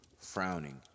Frowning